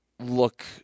look